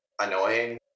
annoying